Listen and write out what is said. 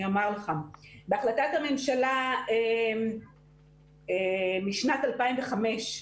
בהחלטת הממשלה משנת 2005,